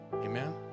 Amen